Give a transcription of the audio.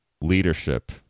leadership